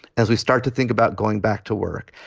as we start to think about going back to work,